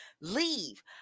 leave